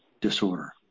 Disorder